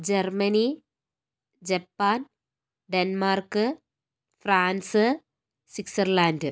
Germany Japan Denmark France Switzerland